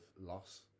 loss